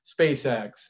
SpaceX